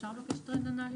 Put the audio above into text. אפשר לבקש לפתוח את רננה?